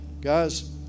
guys